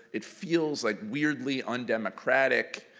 it feels like weirdly undemocratic,